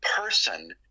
person